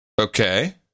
Okay